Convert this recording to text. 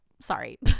Sorry